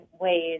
ways